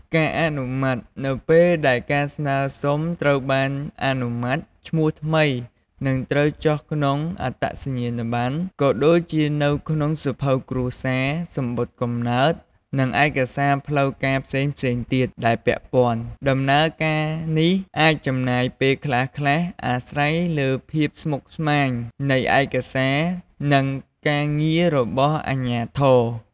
ការអនុម័ត នៅពេលដែលការស្នើសុំត្រូវបានអនុម័ត ឈ្មោះថ្មីនឹងត្រូវចុះក្នុងអត្តសញ្ញាណប័ណ្ណ ក៏ដូចជានៅក្នុងសៀវភៅគ្រួសារ សំបុត្រកំណើត និងឯកសារផ្លូវការផ្សេងៗទៀតដែលពាក់ព័ន្ធ ដំណើរការនេះអាចចំណាយពេលខ្លះៗ អាស្រ័យលើភាពស្មុគស្មាញនៃឯកសារនិងការងាររបស់អាជ្ញាធរ។